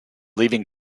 leaving